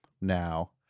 now